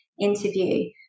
interview